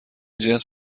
جنس